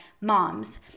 moms